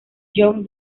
john